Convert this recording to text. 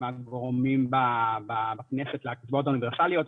מהגורמים בכנסת לקצבאות האוניברסליות,